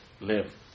live